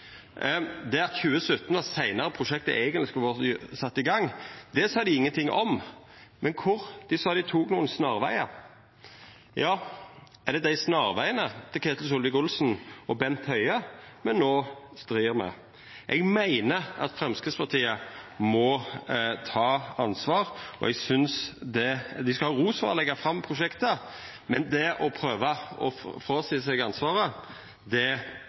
Det at 2017 var seinare enn prosjektet eigentleg skulle vore sett i gang, sa dei ingenting om. Men dei sa dei tok nokre snarvegar. Er det snarvegane til Ketil Solvik-Olsen og Bent Høie me no strir med? Eg meiner at Framstegspartiet må ta ansvar. Dei skal ha ros for å leggja fram prosjektet, men det å prøva å fråskriva seg ansvaret duger ikkje. I forslaget til vedtak I meiner eg at det